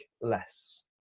less